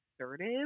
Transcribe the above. assertive